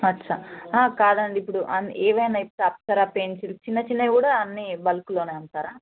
అచ్చ కాదండి ఇప్పుడు అన్ ఈవెన్ ఇప్పు అప్సర పెన్సిల్ చిన్న చిన్నవి కూడా అన్నీ బల్క్లో అమ్ముతారా